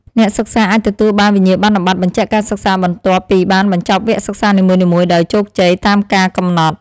អ្នកសិក្សាអាចទទួលបានវិញ្ញាបនបត្របញ្ជាក់ការសិក្សាបន្ទាប់ពីបានបញ្ចប់វគ្គសិក្សានីមួយៗដោយជោគជ័យតាមការកំណត់។